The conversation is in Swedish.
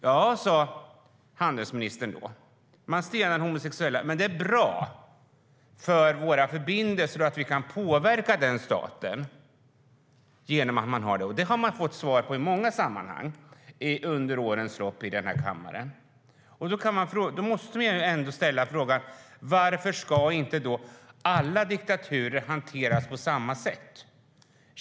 Ja, sa handelsministern, man stenar homosexuella, men våra förbindelser är bra för att vi kan påverka den staten. Sådana svar har man fått i många sammanhang under årens lopp här i kammaren. Då måste man ändå ställa frågan: Varför ska inte alla diktaturer hanteras på samma sätt?